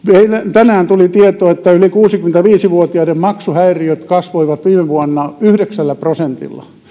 tänään tuli tieto että yli kuusikymmentäviisi vuotiaiden maksuhäiriöt kasvoivat viime vuonna yhdeksällä prosentilla